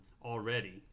already